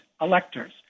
electors